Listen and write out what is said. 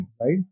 right